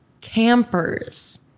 campers